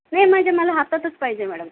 नाही माझे मला हातातच पाहिजे मॅडम